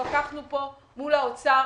התווכחנו מול האוצר,